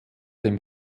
dem